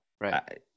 Right